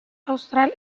austral